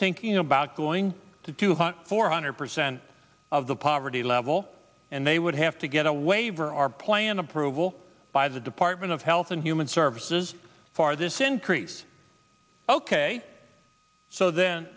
thinking about going to two hundred four hundred percent of the poverty level and they would have to get a waiver or plan approval by the department of health and human services for this increase ok so then